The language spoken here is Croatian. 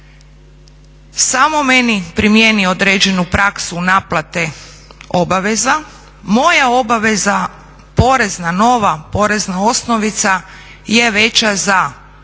samo meni primijeni određenu praksu naplate obaveza. Moja obaveza porezna nova porezna osnovica je veća za pet,